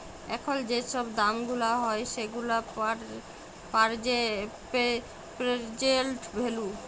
এখল যে ছব দাম গুলা হ্যয় সেগুলা পের্জেল্ট ভ্যালু